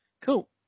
Cool